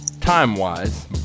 time-wise